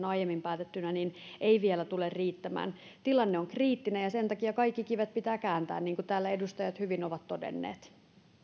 aiemmin päätettyä eivät vielä tule riittämään tilanne on kriittinen ja sen takia kaikki kivet pitää kääntää niin kuin täällä edustajat hyvin ovat todenneet